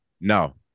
No